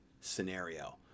scenario